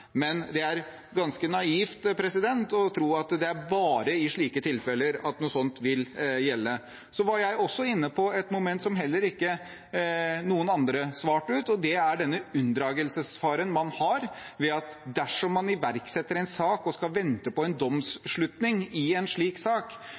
Men det er ganske naivt å tro at det er bare i slike tilfeller at noe sånt vil gjelde. Jeg var også inne på et moment som heller ikke noen andre svarte ut, og det er den unndragelsesfaren man har, ved at dersom man iverksetter en sak og skal vente på en